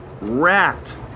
Rat